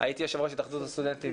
הייתי יושב-ראש התאחדות הסטודנטים,